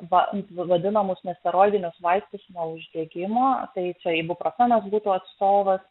va vadinamus nesteroidinius vaistus nuo uždegimo tai čia ibuprofenas būtų atstovas